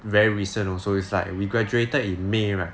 very recent also it's like we graduated in may right